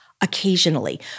Occasionally